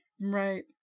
Right